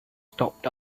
stopped